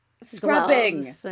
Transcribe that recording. scrubbing